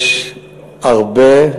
יש הרבה,